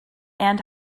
and